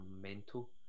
mental